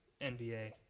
NBA